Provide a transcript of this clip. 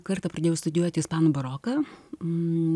kartą pradėjau studijuoti ispanų baroką